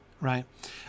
Right